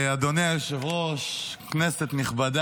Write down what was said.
כבר אנחנו רואים שאנחנו מסכימים